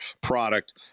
product